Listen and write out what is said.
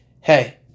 hey